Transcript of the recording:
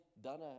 done